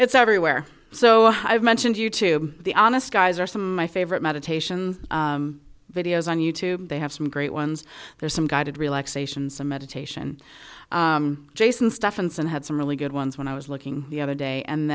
it's everywhere so i've mentioned you to the honest guys are some my favorite meditations videos on you tube they have some great ones there's some guided relaxation some meditation jason stephens and i had some really good ones when i was looking the other day and